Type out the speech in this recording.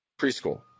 preschool